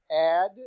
add